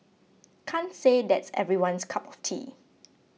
can't say that's everyone's cup of tea